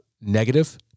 negative